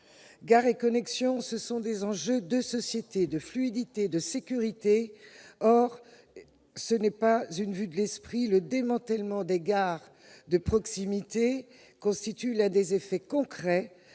Gares & Connexions représente aussi des enjeux de mobilité, de fluidité, de sécurité. Ce n'est pas une vue de l'esprit : le démantèlement des gares de proximité constitue l'un des effets concrets